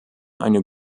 eine